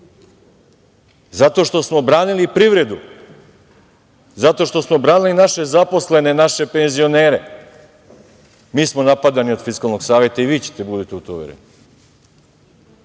dana? Zato što smo branili privredu, zato što smo branili naše zaposlene, naše penzionere, mi smo napadani od Fiskalnog saveta, i vi ćete, budite u to uvereni. Znate